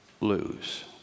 lose